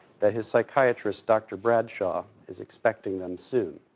that his psychiatrist, dr. bradshaw, is expecting them soon.